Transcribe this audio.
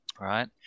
right